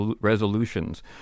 resolutions